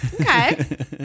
okay